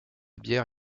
bière